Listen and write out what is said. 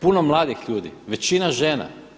Puno mladih ljudi, većina žena.